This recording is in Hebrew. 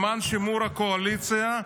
למען שימור הקואליציה,